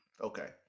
okay